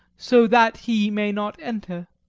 so that he may not enter.